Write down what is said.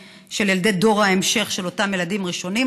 ילדי דור ההמשך של אותם ילדים ראשונים,